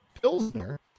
Pilsner